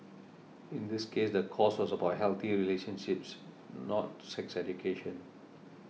in this case the course was about healthy relationships not sex education